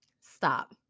Stop